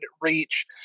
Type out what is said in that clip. reach